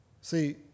See